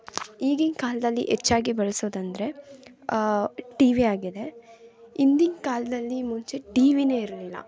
ಈಗಿನ ಕಾಲದಲ್ಲಿ ಹೆಚ್ಚಾಗಿ ಬಳಸೋದೆಂದ್ರೆ ಟಿವಿಯಾಗಿದೆ ಹಿಂದಿನ ಕಾಲದಲ್ಲಿ ಮುಂಚೆ ಟಿವಿನೇ ಇರಲಿಲ್ಲ